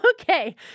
Okay